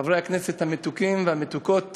חברי הכנסת המתוקים והמתוקות